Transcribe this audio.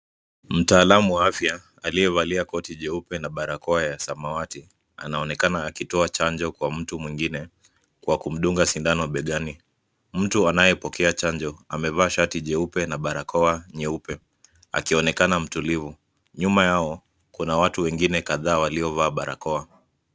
Mtaalamu wa afya aliyevalia koti jeupe na barakoa ya samawati anaonekana akitoa chanjo kwa mtu mwingine kwa kumdunga sindano begani. Mtu anayepokea chanjo amevaa shati jeupe na barakoa nyeupe akionekana mtulivu. Nyuma yao kuna watu wengine kadhaa waliovaa barakoa.